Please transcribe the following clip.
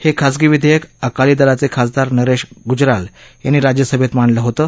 हे खाजगी विधेयक अकाली दलाचे खासदार नरेश गुजराल यांनी राज्यसभेत मांडलं होतं